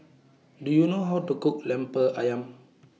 Do YOU know How to Cook Lemper Ayam